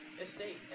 estate